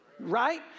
right